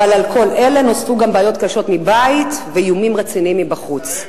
אבל על כל אלה נוספו גם בעיות קשות מבית ואיומים רציניים מבחוץ.